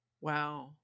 Wow